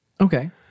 okay